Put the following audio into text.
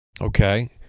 okay